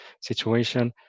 situation